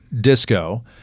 disco